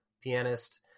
pianist